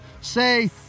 say